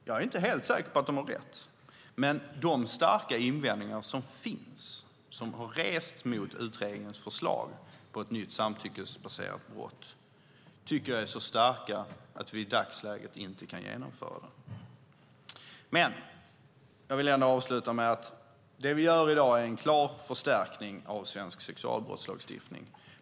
Jag är inte helt säker på att de har rätt. Men de invändningar som har rests mot utredningens förslag om ett nytt samtyckesbaserat brott är så starka att vi i dagsläget inte kan genomföra det. Det vi gör i dag är en klar förstärkning av svensk sexualbrottslagstiftning.